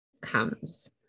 comes